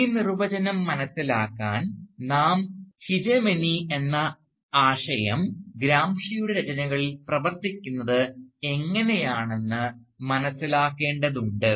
ഈ നിർവചനം മനസിലാക്കാൻ നാം ഹീജെമനി എന്ന ആശയം ഗ്രാംഷിയുടെ രചനകളിൽ പ്രവർത്തിക്കുന്നത് എങ്ങനെയാണെന്ന് മനസ്സിലാക്കേണ്ടതുണ്ട്